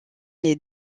les